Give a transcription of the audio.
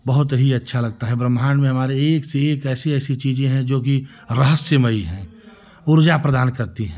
बहुत ही अच्छा लगता है ब्रह्माण्ड में हमारे एक से एक ऐसी ऐसी चीज़ें हैं जोकि रहस्यमयी है ऊर्जा प्रदान करती है